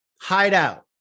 hideout